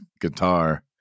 guitar